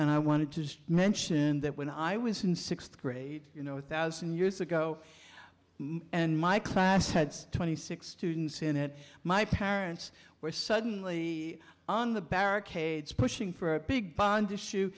and i wanted to mention that when i was in sixth grade you know a thousand years ago and my class had twenty six students in it my parents were suddenly on the barricades pushing for a big bond issue